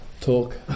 talk